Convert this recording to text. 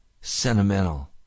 sentimental